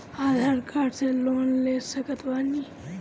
आधार card से loan ले सकत बणी?